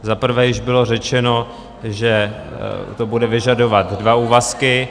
Za prvé již bylo řečeno, že to bude vyžadovat dva úvazky.